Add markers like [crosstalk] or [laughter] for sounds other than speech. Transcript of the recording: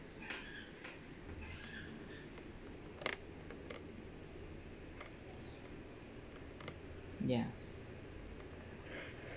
[noise] ya